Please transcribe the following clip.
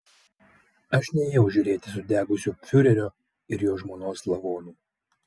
aš nėjau žiūrėti sudegusių fiurerio ir jo žmonos lavonų